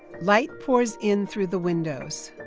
light pours in through the windows.